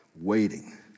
waiting